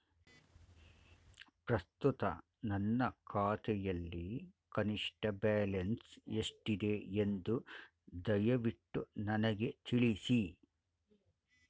ಪ್ರಸ್ತುತ ನನ್ನ ಖಾತೆಯಲ್ಲಿ ಕನಿಷ್ಠ ಬ್ಯಾಲೆನ್ಸ್ ಎಷ್ಟಿದೆ ಎಂದು ದಯವಿಟ್ಟು ನನಗೆ ತಿಳಿಸಿ